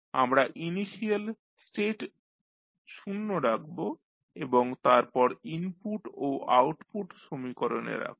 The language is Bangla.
আমরা ইনিশিয়াল স্টেট 0 রাখব এবং তারপর ইনপুট ও আউটপুট সমীকরণে রাখব